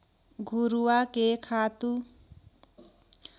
घुरूवा के खातू ल संघराय ओला खेत में बगराय के झंझट कोनो किसान नइ करत अंहे